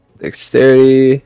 dexterity